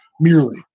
merely